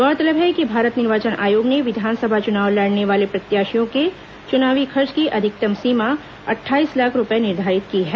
गौरतलब है कि भारत निर्वाचन आयोग ने विधानसभा चुनाव लड़ने वाले प्रत्याशियों के चुनावी खर्च की अधिकतम सीमा अट्ठाईस लाख रूपये निर्धारित की है